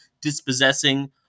dispossessing